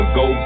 go